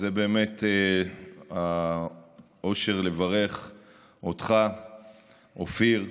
וזה באמת אושר לברך אותך, אופיר,